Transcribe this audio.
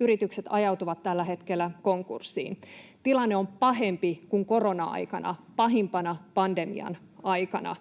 yritykset ajautuvat tällä hetkellä konkurssiin. Tilanne on pahempi kuin korona-aikana, pahimpana pandemian aikana.